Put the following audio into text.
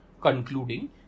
concluding